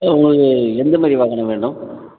உங்களுக்கு எந்த மாதிரி வாகனம் வேண்டும்